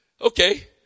Okay